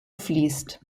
fließt